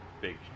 big